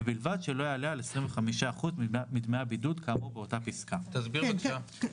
ובלבד שלא יעלה על 25% מדמי הבידוד כאמור באותה פסקה." הסבר בבקשה.